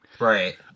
Right